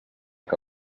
que